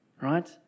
Right